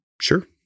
sure